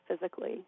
physically